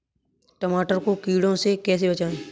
टमाटर को कीड़ों से कैसे बचाएँ?